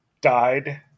died